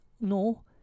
no